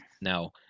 Now